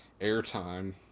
airtime